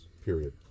period